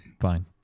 fine